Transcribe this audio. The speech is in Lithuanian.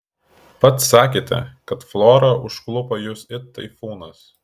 pats sakėte kad flora užklupo jus it taifūnas